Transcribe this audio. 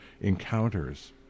encounters